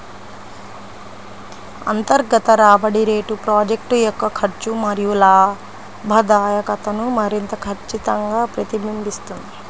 అంతర్గత రాబడి రేటు ప్రాజెక్ట్ యొక్క ఖర్చు మరియు లాభదాయకతను మరింత ఖచ్చితంగా ప్రతిబింబిస్తుంది